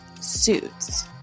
Suits